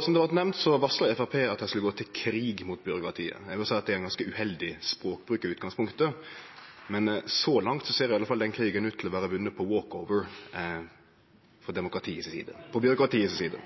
Som det har vorte nemnt, varsla Framstegspartiet at dei skulle gå til krig mot byråkratiet. Eg må seie at det er ein ganske uheldig språkbruk i utgangspunktet, men så langt ser i alle fall den krigen ut til å vere vunnen på walkover – på byråkratiet si side.